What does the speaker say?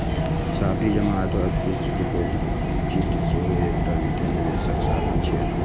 सावधि जमा अथवा फिक्स्ड डिपोजिट सेहो एकटा वित्तीय निवेशक साधन छियै